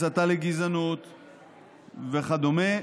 הסתה לגזענות וכדומה,